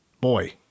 boy